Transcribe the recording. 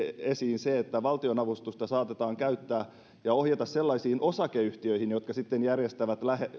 esiin esimerkiksi se että valtionavustusta saatetaan käyttää ja ohjata sellaisiin osakeyhtiöihin jotka sitten järjestävät